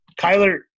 Kyler